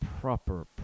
proper